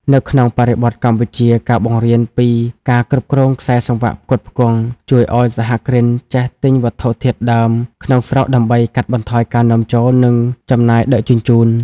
នៅក្នុងបរិបទកម្ពុជា ការបង្រៀនពី "ការគ្រប់គ្រងខ្សែសង្វាក់ផ្គត់ផ្គង់" ជួយឱ្យសហគ្រិនចេះទិញវត្ថុធាតុដើមក្នុងស្រុកដើម្បីកាត់បន្ថយការនាំចូល និងចំណាយដឹកជញ្ជូន។